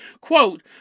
quote